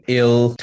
ill